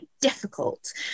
difficult